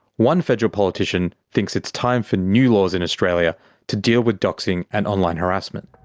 one federal politician thinks it's time for new laws in australia to deal with doxing and online harassment.